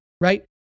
right